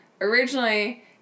Originally